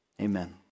Amen